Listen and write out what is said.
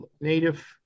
native